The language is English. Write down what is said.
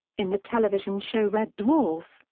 in the television show red dwarf,